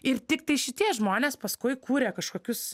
ir tiktai šitie žmonės paskui kuria kažkokius